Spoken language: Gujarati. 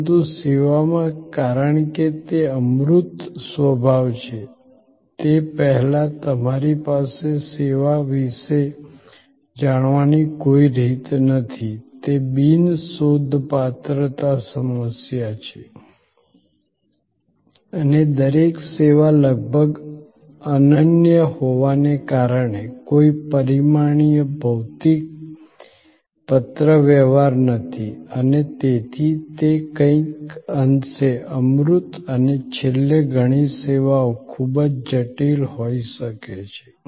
પરંતુ સેવામાં કારણ કે તે અમૂર્ત સ્વભાવ છે તે પહેલાં તમારી પાસે સેવા વિશે જાણવાની કોઈ રીત નથી તે બિન શોધપાત્ર સમસ્યા છે અને દરેક સેવા લગભગ અનન્ય હોવાને કારણે કોઈ પરિમાણીય ભૌતિક પત્રવ્યવહાર નથી અને તેથી તે કંઈક અંશે અમૂર્ત અને છેલ્લે ઘણી સેવાઓ ખૂબ જટિલ હોઈ શકે છે